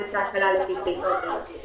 אי